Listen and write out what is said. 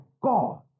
God